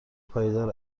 پایدار